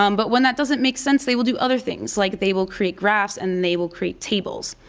um but when that doesn't make sense they will do other things like they will create graphs and they will create tables,